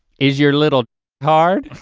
is your little hard?